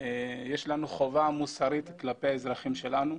יש לנו חובה מוסרית כלפי האזרחים שלנו.